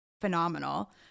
phenomenal